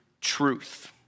truth